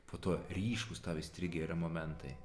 po to ryškūs tau įstrigę yra momentai